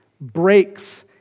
breaks